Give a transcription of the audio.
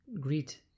greet